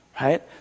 right